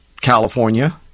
California